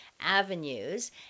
avenues